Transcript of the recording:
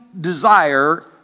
desire